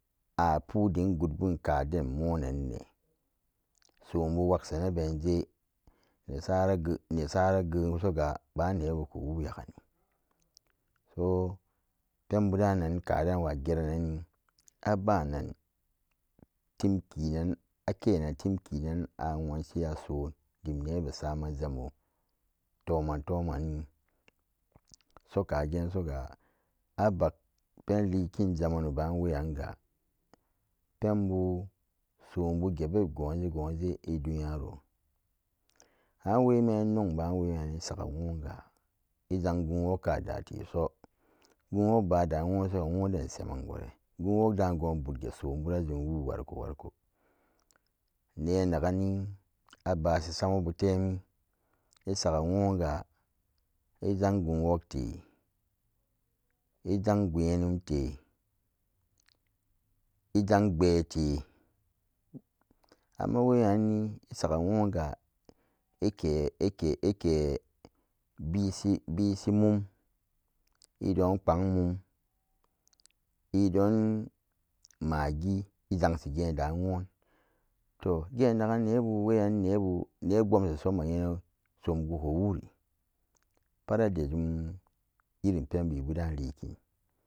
Abu dengoo dbun kaden murenanne sumbu waksasanbenje nesara gen saga bannebu kowo yagani so pen bu'dan kadan kyageranani abanan tem kinnan akenan temkinan a wonshin asun dem nebe saman zamu tumaman tomanni sukegen suga abak penlinakin zamani banweyan ga penbu sumbu gebe gonje gonje iduniyaro an wemian nona ban wenanni sagaho ga zango work gadu teso gunwak ba da nyoso ga simen gore gun wok dan bumgu sumbu dennan jumwe wariko wariko genagani abashi samabun tem isa gawon ga izan wok te izen gunyenum le izan gbete amma weyanne isaga wan gawuke beshimu idon kpan mun idon maggi izanshigen nanxun to genakgan nebu weyan nyebu immanyenan sum guku wuri pat re dajum penbebu dan linkin